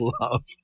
love